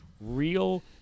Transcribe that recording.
real